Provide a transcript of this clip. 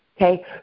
okay